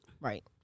Right